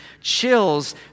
chills